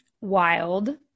wild